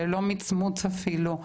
ללא מצמוץ אפילו.